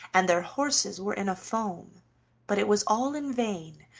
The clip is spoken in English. and their horses were in a foam but it was all in vain,